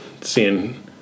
seeing